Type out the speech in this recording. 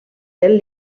del